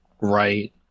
right